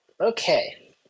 Okay